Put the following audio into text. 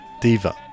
Diva